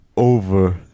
Over